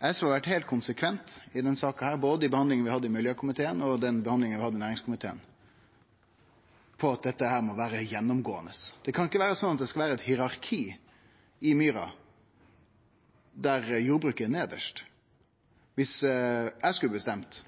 SV har vore heilt konsekvent i denne saka – både i behandlinga vi hadde i miljøkomiteen, og i behandlinga vi hadde i næringskomiteen – på at dette må vere gjennomgåande. Det kan ikkje vere eit hierarki i myra der jordbruket er nedst. Viss eg skulle ha bestemt